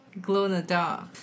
Glow-in-the-dark